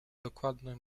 dokładne